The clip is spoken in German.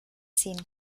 ziehen